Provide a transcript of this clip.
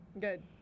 Good